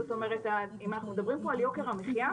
זאת אומרת אם אנחנו מדברים פה על יוקר המחייה,